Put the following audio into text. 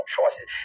Choices